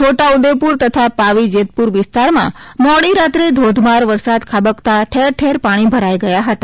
છોટા ઉદેપુર તથા પાવી જેતપુર વિસ્તારમાં મોડી રાત્રે ધોધમાર વરસાદ ખાબકતા ઠેરઠેર પાણી ભરાઇ ગયા હતા